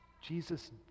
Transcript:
Jesus